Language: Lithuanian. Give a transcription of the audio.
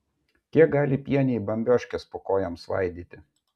kiek gali pieniai bambioškes po kojom svaidyti